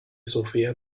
sophia